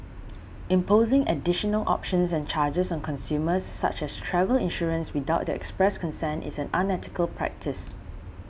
imposing additional options and charges on consumers such as travel insurance without their express consent is an unethical practice